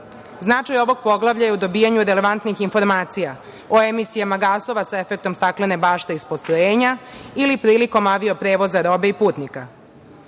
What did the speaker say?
Značaj ovog poglavlja u dobijanju relevantnih informacija o emisijama gasova sa efektom staklene bašte iz postrojenja ili prilikom avio-prevoza i robe i putnika.